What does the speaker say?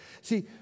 See